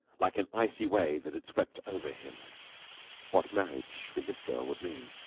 like an icy wave, it had swept over him what marriage with this girl would mean.